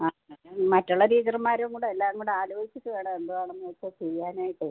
ആ അത് മറ്റുള്ള ടീച്ചർമാരും കൂടെ എല്ലാവരും കൂടെ ആലോചിച്ചിട്ട് വേണം എന്ത് വേണം എന്നൊക്കെ ചെയ്യാനായിട്ടേ